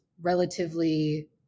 relatively